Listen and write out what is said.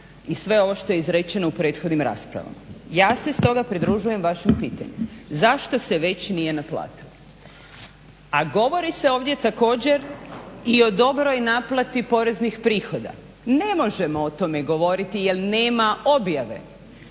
i sve ovo što je izrečeno u prethodnim raspravama. Ja se s toga pridružujem vašem pitanju, zašto se već nije naplatilo? A govori se ovdje također i o dobroj naplati poreznih prihoda. Ne možemo o tome govoriti jel nema objave,